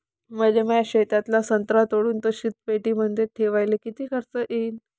मले माया शेतातला संत्रा तोडून तो शीतपेटीमंदी ठेवायले किती खर्च येईन?